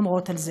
אומרות על זה.